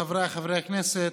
חבריי חברי הכנסת,